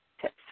tips